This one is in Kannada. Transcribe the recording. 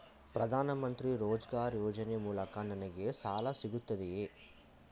ಪ್ರದಾನ್ ಮಂತ್ರಿ ರೋಜ್ಗರ್ ಯೋಜನೆ ಮೂಲಕ ನನ್ಗೆ ಸಾಲ ಸಿಗುತ್ತದೆಯೇ?